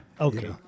Okay